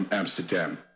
Amsterdam